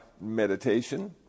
meditation